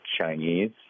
Chinese